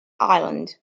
island